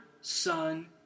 Son